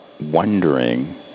wondering